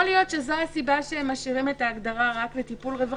יכול להיות שזו הסיבה שהם משאירים את ההגדרה רק לטיפול רווחה,